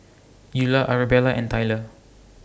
Eulah Arabella and Tyler